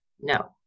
No